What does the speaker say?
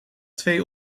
twee